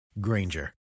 Granger